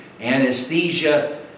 anesthesia